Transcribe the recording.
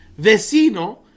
Vecino